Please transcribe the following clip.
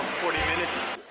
forty minutes